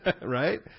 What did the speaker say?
right